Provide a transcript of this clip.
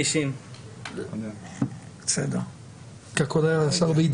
90-80. אני אציג, מרשות החברות הממשלתיות.